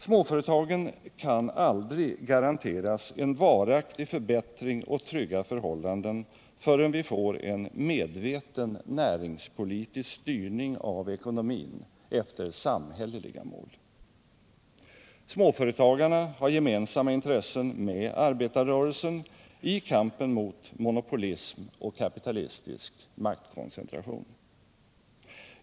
Småföretagen kan aldrig garanteras en varaktig förbättring och trygga förhållanden, förrän vi får en medveten näringspolitisk styrning av ekonomin med inriktning på samhälleliga mål. Småföretagarna och arbetarrörelsen har gemensamma intressen i kampen mot monopolism och kapitalistisk maktkoncentration.